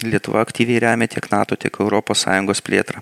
lietuva aktyviai remia tiek nato tiek europos sąjungos plėtrą